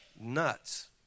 nuts